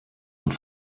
und